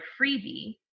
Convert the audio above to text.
freebie